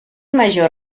major